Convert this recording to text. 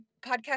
podcast